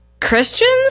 Christians